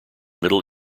middle